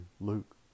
Luke